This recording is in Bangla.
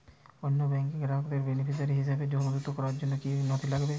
অন্য ব্যাংকের গ্রাহককে বেনিফিসিয়ারি হিসেবে সংযুক্ত করার জন্য কী কী নথি লাগবে?